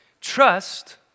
Trust